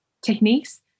techniques